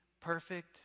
perfect